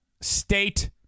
state